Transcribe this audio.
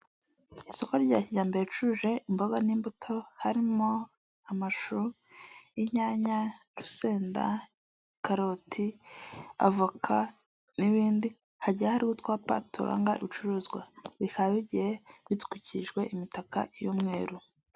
Isoko rya kijyambere ricuruje imboga n'imbuto harimo amashu, inyanya, urusenda, karoti, avoka n'ibindi, hagiye hariho utwapa turanga ibicuruzwa bikaba bigihe bitwikijwe imitaka y'umweru.